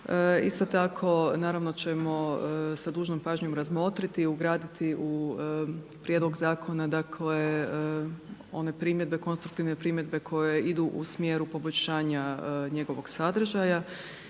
Isto tako naravno ćemo sa dužnom pažnjom razmotriti i ugraditi u prijedlog zakona dakle one primjedbe, konstruktivne primjedbe koje idu u smjeru poboljšanja njegovog sadržaja